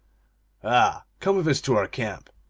ah, come with us to our camp,